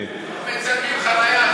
מצלמים חניה,